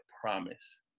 promise